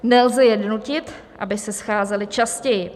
Nelze je donutit, aby se scházely častěji.